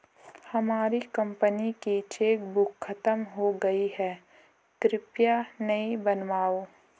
हमारी कंपनी की चेकबुक खत्म हो गई है, कृपया नई बनवाओ